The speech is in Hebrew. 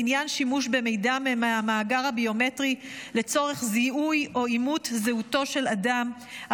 לעניין שימוש במידע מהמאגר הביומטרי לצורך זיהוי או אימות זהותו של אדם,